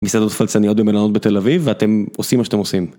מסעדות פלצניות במלונות בתל אביב ואתם עושים מה שאתם עושים.